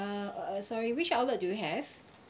uh uh sorry which outlet do you have